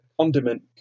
Condiment